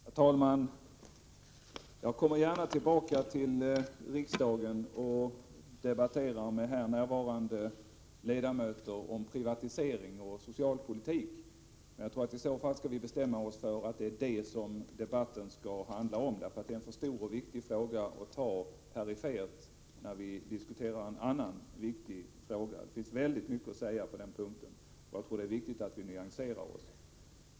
Herr talman! Jag kommer gärna tillbaka till riksdagen och debatterar med här närvarande ledamöter om privatisering och socialpolitik. Men jag tror att iså fall skall vi bestämma oss för att det är det som debatten skall handla om; detta är nämligen alltför stora och viktiga frågor för att behandlas perifert, när vi diskuterar en annan angelägen fråga. Det finns väldigt mycket att säga på den punkten, och det är väsentligt att vi nyanserar oss.